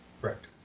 Correct